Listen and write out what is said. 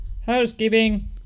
Housekeeping